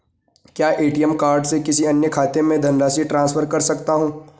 क्या ATM card से किसी अन्य खाते में धनराशि ट्रांसफर कर सकता हूँ?